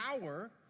power